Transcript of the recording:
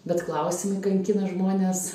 bet klausimai kankina žmones